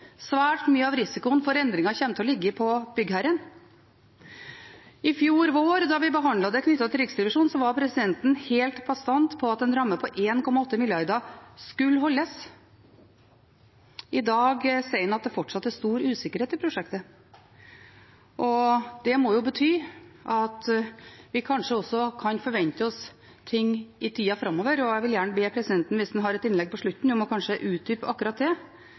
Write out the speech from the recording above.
Svært mye av risikoen for endringer kommer til å ligge på byggherren. I fjor vår da vi behandlet dette knyttet til Riksrevisjonen, var presidenten helt bastant på at en ramme på 1,8 mrd. skulle holdes. I dag sier han at det fortsatt er stor usikkerhet i prosjektet. Det må bety at vi kanskje også kan forvente oss ting i tida framover, og jeg vil gjerne be presidenten, hvis han har et innlegg på slutten, om å utdype akkurat det.